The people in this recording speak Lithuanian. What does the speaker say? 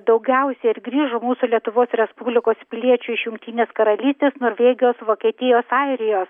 daugiausia ir grįžo mūsų lietuvos respublikos piliečių iš jungtinės karalystės norvėgijos vokietijos airijos